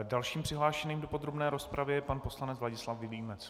Dalším přihlášeným do podrobné rozpravy je pan poslanec Vladislav Vilímec.